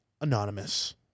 Anonymous